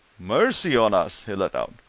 mercy on us! he let out.